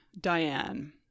Diane